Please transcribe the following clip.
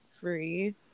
free